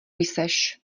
jseš